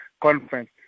conference